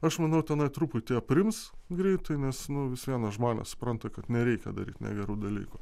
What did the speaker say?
aš manau tenai truputį aprims greitai nes nu vis viena žmonės supranta kad nereikia daryt negerų dalykų